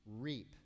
reap